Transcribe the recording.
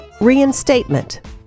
reinstatement